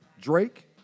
Drake